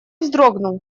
вздрогнул